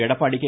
Edappadi K